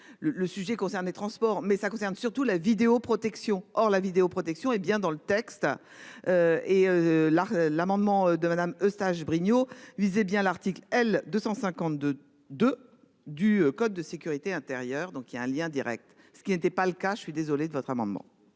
le sujet concerne les transports, mais ça concerne surtout la vidéoprotection. Or la vidéoprotection, hé bien dans le texte. Et là, l'amendement de Madame Eustache-Brinio visait bien l'article L 252 2 du code de sécurité intérieur donc il y a un lien Direct, ce qui n'était pas le cas, je suis désolé de votre amendement.